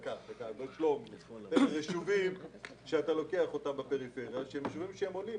ישובים בפריפריה שעולים בסוציואקונומי.